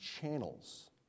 channels